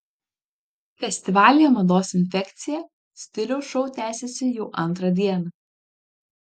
festivalyje mados infekcija stiliaus šou tęsiasi jau antrą dieną